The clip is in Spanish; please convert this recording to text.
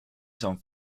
son